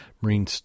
Marine